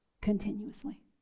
continuously